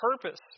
purpose